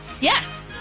Yes